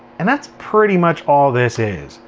and that's pretty much all this is.